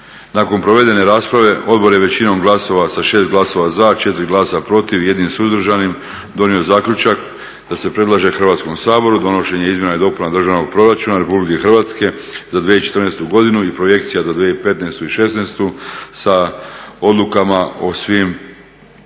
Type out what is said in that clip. Nakon provedene rasprave, odbor je većinom glasova, sa 6 glasova za, 4 glasa protiv, 1 suzdržanim donio zaključak da se predlaže Hrvatskom saboru donošenje izmjena i dopuna državnog proračuna RH za 2014. godinu i projekcija za 2015. i '16. sa odlukama o svim onim